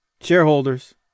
shareholders